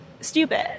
stupid